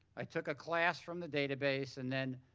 i took a class from the database and then